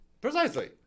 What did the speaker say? Precisely